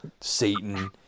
Satan